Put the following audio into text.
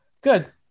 good